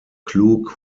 klug